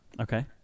Okay